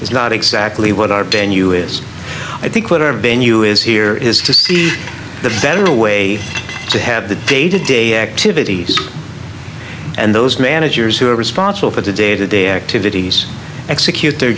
is not exactly what our day and you is i think whatever venue is here is to see the federal way to have the day to day activities and those managers who are responsible for the day to day activities execute their